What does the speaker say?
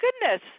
goodness